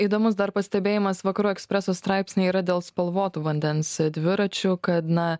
įdomus dar pastebėjimas vakarų ekspreso straipsnyje yra dėl spalvotų vandens dviračių kad na